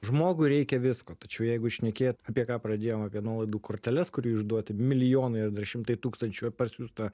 žmogui reikia visko tačiau jeigu šnekėt apie ką pradėjom apie nuolaidų korteles kurių išduoti milijonai ar dar šimtai tūkstančių parsiųsta